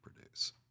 produce